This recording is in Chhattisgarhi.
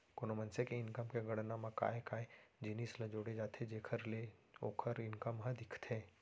कोनो मनसे के इनकम के गणना म काय काय जिनिस ल जोड़े जाथे जेखर ले ओखर इनकम ह दिखथे?